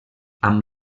amb